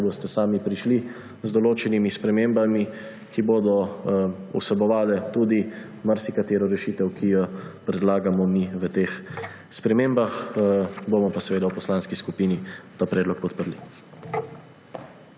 kdaj boste sami prišli z določenimi spremembami, ki bodo vsebovale tudi marsikatero rešitev, ki jo predlagamo mi v teh spremembah. Bomo pa seveda v poslanski skupini ta predlog podprli.